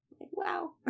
wow